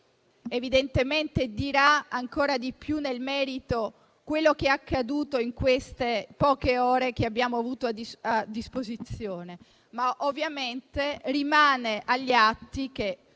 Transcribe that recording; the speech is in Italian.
di voto, dirà ancora di più nel merito quello che è accaduto in queste poche ore che abbiamo avuto a disposizione. Rimane agli atti che